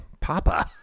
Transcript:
Papa